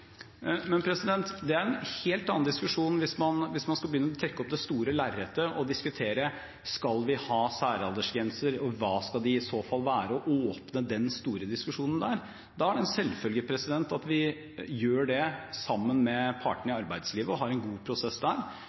Men det er en helt annen diskusjon hvis man skal begynne å trekke opp det store lerretet og diskutere om vi skal ha særaldersgrenser og hva de i så fall skal være, og åpne den store diskusjonen der. Da er det en selvfølge at vi gjør det sammen med partene i arbeidslivet og har en god prosess der,